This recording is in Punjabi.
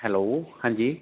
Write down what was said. ਹੈਲੋ ਹਾਂਜੀ